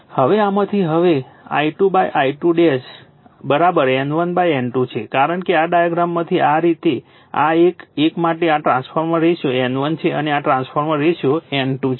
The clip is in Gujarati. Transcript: હવે આમાંથી અને હવે I2 I2 N1 N2 છે કારણ કે આ ડાયાગ્રામમાંથી આ આ એક આ એક માટે આ ટ્રાન્સફર રેશિયો N1 છે અને આ ટ્રાન્સફર રેશિયો N2 છે